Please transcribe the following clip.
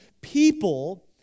people